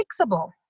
fixable